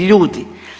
Ljudi.